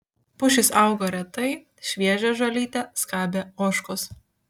pušys augo retai šviežią žolytę skabė ožkos